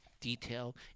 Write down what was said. detail